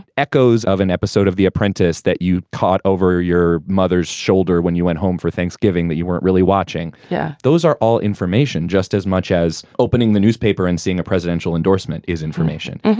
echoes of an episode of the apprentice that you caught over your your mother's shoulder when you went home for thanksgiving that you weren't really watching. yeah those are all information just as much as opening the newspaper and seeing a presidential endorsement is information.